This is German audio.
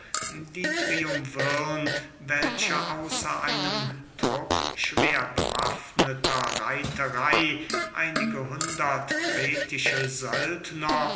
die triumvirn welche außer einem trupp schwer bewaffneter reiterey einige hundert kretische söldner